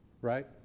right